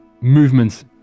movements